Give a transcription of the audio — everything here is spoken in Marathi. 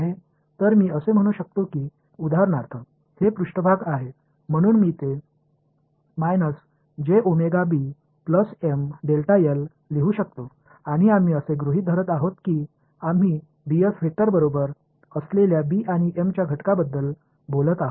तर मी असे म्हणू शकतो की उदाहरणार्थ हे पृष्ठभाग आहे म्हणून मी ते लिहू शकतो आणि आम्ही असे गृहित धरत आहोत की आम्ही ds वेक्टर बरोबर असलेल्या बी आणि एम च्या घटकाबद्दल बोलत आहोत